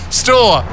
store